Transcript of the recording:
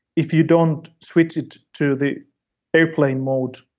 if you don't switch it to the airplane mode,